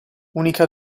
unica